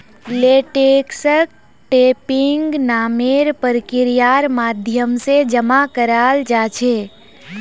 लेटेक्सक टैपिंग नामेर प्रक्रियार माध्यम से जमा कराल जा छे